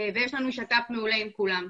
ויש לנו שת"פ מעולה עם כולם.